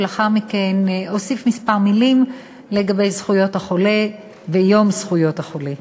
ולאחר מכן אוסיף כמה מילים לגבי זכויות החולה ויום זכויות החולה.